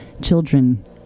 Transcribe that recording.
children